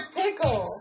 pickle